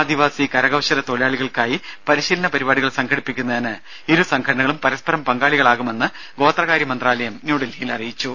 ആദിവാസി കരകൌശലത്തൊഴിലാളികൾക്കായി പരിശീലന പരിപാടികൾ സംഘടിപ്പിക്കുന്നതിന് ഇരു സംഘടനകളും പരസ്പരം പങ്കാളികളാകുമെന്ന് ഗോത്രകാര്യ മന്ത്രാലയം അറിയിച്ചു